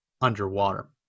underwater